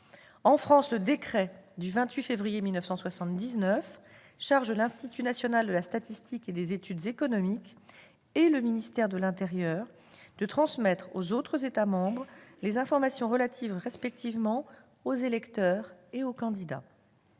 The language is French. En France, le décret du 28 février 1979 charge l'Institut national de la statistique et des études économiques et le ministère de l'intérieur de transmettre aux autres États membres les informations relatives respectivement aux électeurs et aux candidats.